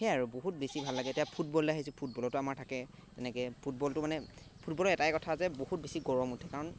সেই আৰু বহুত বেছি ভাল লাগে এতিয়া ফুটবললৈ আহিছোঁ ফুটবলতো আমাৰ থাকে তেনেকৈ ফুটবলটো মানে ফুটবলৰ এটাই কথা যে বহুত বেছি গৰম উঠে কাৰণ